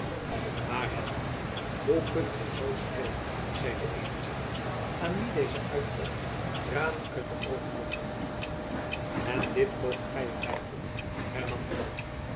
henry hoe kunt gy zoo spreken zeide elizabeth aan wie deze uitval tranen uit de oogen lokte en dit moogt gy er byvoegen hernam buat